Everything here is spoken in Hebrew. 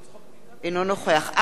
אינו נוכח אמנון כהן,